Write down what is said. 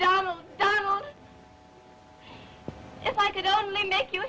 donald if i could only make you